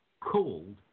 called